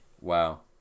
Wow